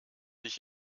dich